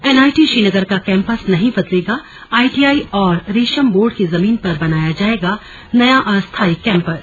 NIT Srinagar का campus नहीं बदलेगाआईटीआई और रेशम बोर्ड की जमीन पर बनाया जाएगा नया अस्थाई कैंपस